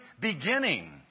beginning